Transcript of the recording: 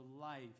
life